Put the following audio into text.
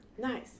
Nice